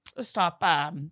stop